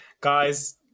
guys